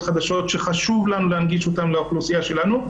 חדשות שחשוב לנו להנגיש אותן לאוכלוסייה שלנו,